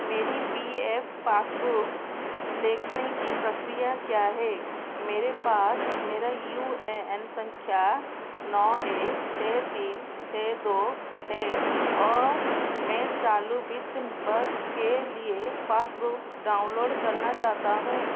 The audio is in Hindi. मेरी पी एफ पासबुक देखने की प्रक्रिया क्या है मेरे पास मेरा यू ए एन संख्या नौ एक छः तीन छः दो है और मैं चालू वित्त वर्श के लिए पासबुक डाउनलोड करना चाहता हूँ